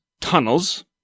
tunnels